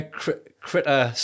critter